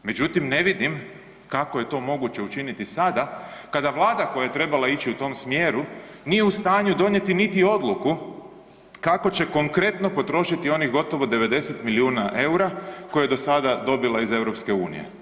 Međutim, ne vidim kako je to moguće učiniti sada kada Vlada koja je trebala ići u tom smjeru nije u stanju donijeti niti odluku kako će konkretno potrošiti onih gotovo 90 milijuna eura koje je do sada dobila iz EU.